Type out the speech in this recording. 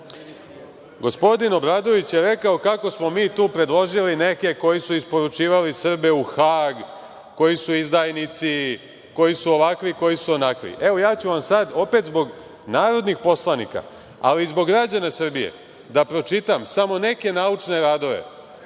Obradović je rekao kako smo mi predložili neke koji su isporučivali Srbe u Hag, koji su izdajnici, koji su ovakvi, koji su onakvi. Sada ću opet, zbog narodnih poslanika, ali i zbog građana Srbije, da pročitam samo neke naučne radove